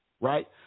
Right